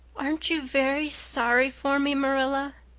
aren't you very sorry for me, marilla?